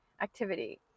activity